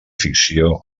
ficció